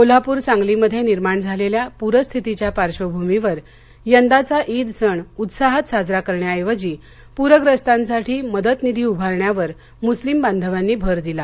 कोल्हापूर सांगलीमध्ये निर्माण झालेल्या पूर स्थितीच्या पार्श्वभूमीवर यंदाचा ईद सण उत्साहात साजरा करण्याऐवजी पूरग्रस्तांसाठी मदतनिधी उभारण्यावर मुस्लीम बांधवांनी भर दिला